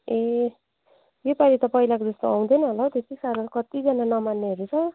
ए योपालि त पहिलाको जस्तो आउँदैन होला हौ त्यति साह्रो कतिजना नमान्नेहरू छ